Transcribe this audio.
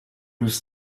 was